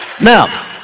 Now